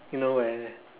you know where